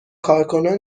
کارکنان